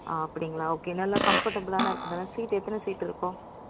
ஆ அப்படிங்களா ஓகே நல்ல கம்ஃபர்ட்டபிளாக இருக்குமா சீட் எத்தனை சீட் இருக்கும்